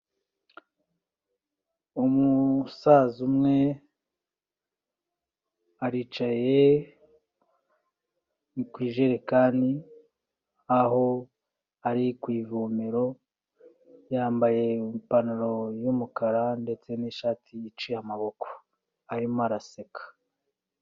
Umusaza umwe aricaye ku ijerekani, aho ari ku ivomero, yambaye ipantaro y'umukara ndetse n'ishati iciye amaboko, arimo araseka.